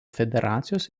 federacijos